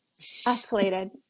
escalated